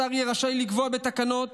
השר יהיה רשאי לקבוע בתקנות